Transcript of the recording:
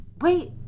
Wait